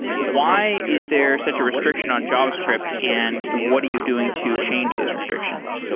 why is there such a restriction on javascript and what are you doing to change those restrictions?